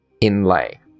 inlay